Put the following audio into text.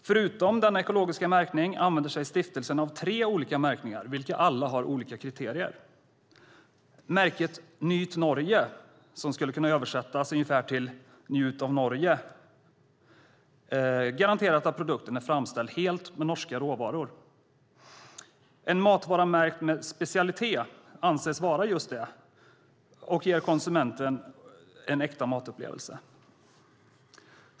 Förutom denna ekologiska märkning använder sig stiftelsen av tre olika märkningar, vilka alla har olika kriterier. Märket Nyt Norge, som skulle kunna översättas till ungefär njut av Norge, garanterar att produkten är framställd helt med norska råvaror. En matvara märkt med "specialitet" anses vara just en specialitet som ger konsumenten en äkta matupplevelse.